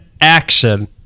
action